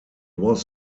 was